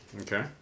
Okay